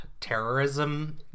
terrorism